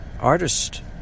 artist